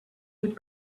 would